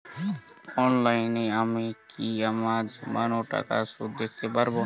অনলাইনে আমি কি আমার জমানো টাকার সুদ দেখতে পবো?